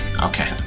Okay